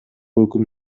өкүм